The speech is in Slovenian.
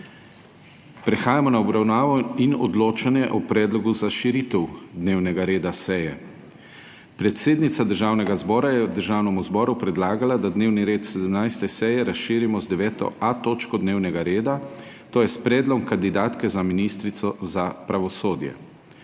Prehajamo na obravnavo in odločanje o predlogu za širitev dnevnega reda seje. Predsednica Državnega zbora je Državnemu zboru predlagala, da dnevni red 17. seje razširi z 9.A točko dnevnega reda, to je s Predlogom kandidatke za ministrico za pravosodje.